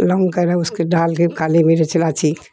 लौंग काढ़ा उसके डाल के काली मिर्च और इलाइची